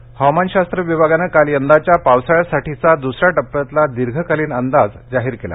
monsoon हवामानशास्त्र विभागानं काल यंदाच्या पावसाळयासाठीचा दुसऱ्या टप्प्यातला दीर्घकालीन अंदाज जाहीर केला